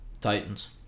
Titans